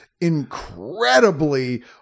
incredibly